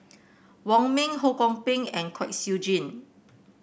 Wong Ming Ho Kwon Ping and Kwek Siew Jin